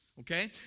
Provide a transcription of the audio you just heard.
okay